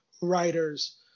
writers